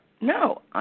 no